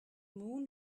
moon